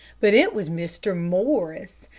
but it was mr. morris,